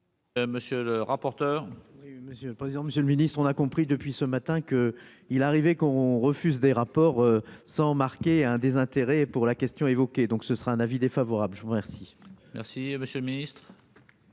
Monsieur le rapporteur. Monsieur le président, Monsieur le ministre, on a compris depuis ce matin, qu'il est arrivé qu'on refuse des rapports sans marquer un désintérêt pour la question évoquée, donc ce sera un avis défavorable je vous remercie. Merci, monsieur le Ministre.